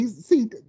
See